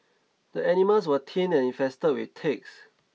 the animals were thin and infested with ticks